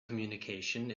communication